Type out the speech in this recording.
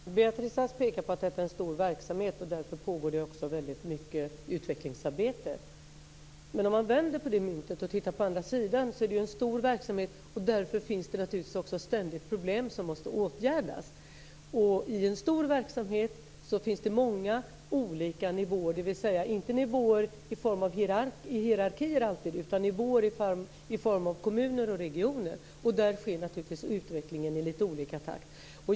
Fru talman! Beatrice Ask pekar på att detta är en stor verksamhet, och därför pågår det mycket utvecklingsarbete. Om vi vänder på myntet och tittar på andra sidan, är det fråga om en stor verksamhet och därför finns ständigt problem som måste åtgärdas. I en stor verksamhet finns det många olika nivåer, dvs. inte nivåer i form av hierarkier utan nivåer i form av kommuner och regioner. Där sker naturligtvis utvecklingen i lite olika takt.